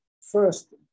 first